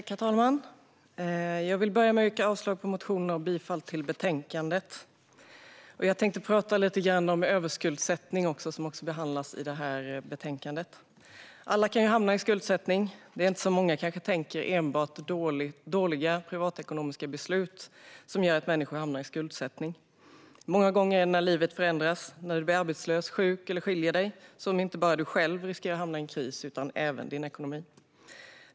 Herr talman! Jag vill börja med att yrka avslag på motionerna och bifall till förslaget i betänkandet. Jag tänkte prata lite om överskuldsättning, vilket är något som behandlas i betänkandet. Alla kan hamna i skuldsättning. Det är inte, som många kanske tänker, enbart dåliga privatekonomiska beslut som gör att människor hamnar i skuldsättning. Många gånger är det när livet förändras - när du blir arbetslös, sjuk eller skiljer dig - som inte bara du själv utan även din ekonomi riskerar att hamna i en kris.